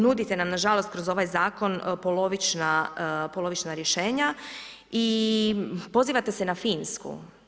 Nudite nam nažalost kroz ovaj zakon polovična rješenja i pozivate se na Finsku.